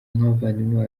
nk’abavandimwe